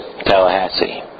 Tallahassee